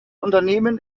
unternehmen